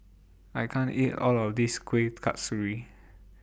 I can't eat All of This Kueh Kasturi